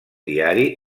diari